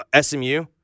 SMU